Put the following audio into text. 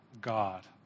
God